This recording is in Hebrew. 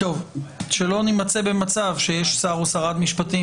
שלא נימצא במצב שיש שר או שרת משפטים